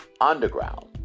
Underground